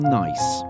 nice